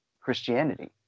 Christianity